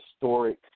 historic